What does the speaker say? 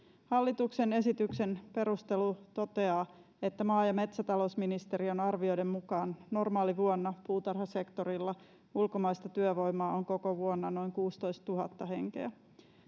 hallituksen esityksen perustelu toteaa että maa ja metsätalousministeriön arvioiden mukaan normaalivuonna puutarhasektorilla ulkomaista työvoimaa on koko vuonna noin kuusitoistatuhatta henkeä